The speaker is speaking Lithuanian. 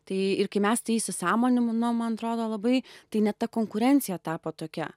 tai ir kai mes tai įsisąmoninom nu man atrodo labai tai ne ta konkurencija tapo tokia